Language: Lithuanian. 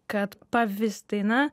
kad pavyzdinė